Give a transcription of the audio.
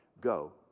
go